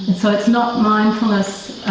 so it's not mindfulness,